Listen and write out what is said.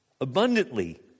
abundantly